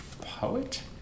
Poet